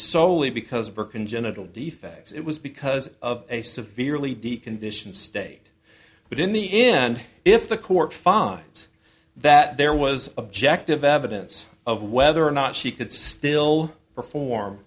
solely because of her congenital defects it was because of a severely deconditioned state but in the end if the court finds that there was objective evidence of whether or not she could still perform